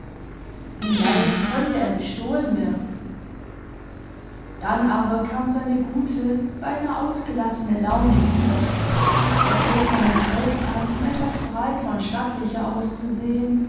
wie leicht konnte er bestohlen werden dann aber kam seine gute beinah ausgelassene laune wieder er zog seinen pelz an um etwas breiter und stattlicher auszusehen